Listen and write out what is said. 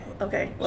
okay